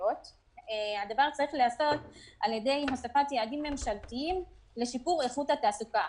הדבר צריך להיעשות על ידי הוספת יעדים ממשלתיים לשיפור איכות התעסוקה.